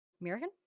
American